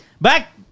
back